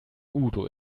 udo